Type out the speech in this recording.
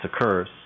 occurs